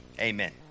Amen